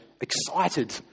excited